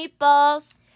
meatballs